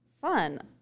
fun